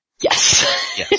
Yes